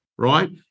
right